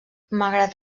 malgrat